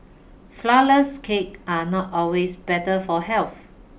flourless cakes are not always better for health